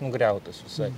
nugriautas visai